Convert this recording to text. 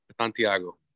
Santiago